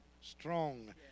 strong